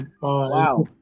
Wow